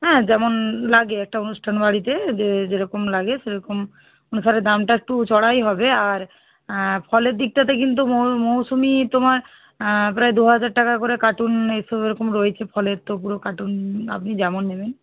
হ্যাঁ যেমন লাগে একটা অনুষ্ঠান বাড়িতে যে যেরকম লাগে সেরকম অনুসারে দামটা একটু চড়াই হবে আর ফলের দিকটাতে কিন্তু মৌসুমি তোমার প্রায় দুহাজার টাকা করে কার্টন এই সব এরকম রয়েছে ফলের তো পুরো কার্টন আপনি যেমন নেবেন